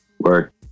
work